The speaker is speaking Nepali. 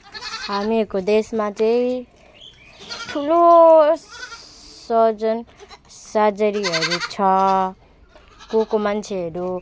हाम्रो देशमा चाहिँँ ठुलो सर्जन सर्जरीहरू छ को को मान्छेहरू